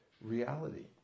reality